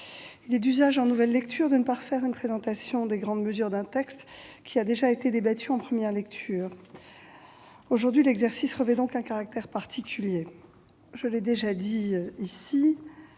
il est d'usage, en nouvelle lecture, de ne pas refaire une présentation des grandes mesures d'un texte déjà débattu en première lecture. Aujourd'hui, l'exercice revêt un caractère particulier. Comme l'ai déjà dit ici